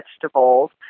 vegetables